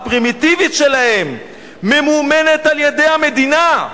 הפרימיטיבית שלהם ממומנת על-ידי המדינה".